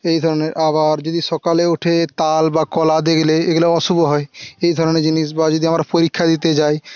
এই ধরণের আবার যদি সকালে ওঠে তাল বা কলা দেখলে এগুলো অশুভ হয় এই ধরণের জিনিস বা যদি আমরা পরীক্ষা দিতে যাই